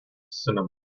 cinema